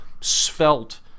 svelte